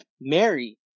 Mary